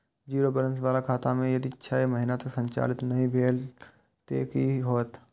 Zero balance बाला खाता में यदि छः महीना तक संचालित नहीं भेल ते कि होयत?